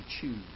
choose